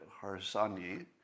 Harsanyi